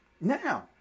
now